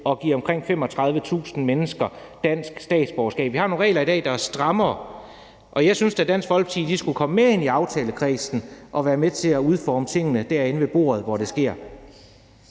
at give omkring 35.000 dansk statsborgerskab. Vi har i dag nogle regler, der er strammere, og jeg synes da, at Dansk Folkeparti skulle komme med ind i aftalekredsen og være med til at udforme tingene derinde ved bordet, hvor det sker.